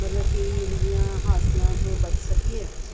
ਮਤਲਬ ਕਿ ਇਹੋ ਜਿਹੀਆਂ ਹਾਦਸਿਆਂ ਤੋਂ ਬਚ ਸਕੀਏ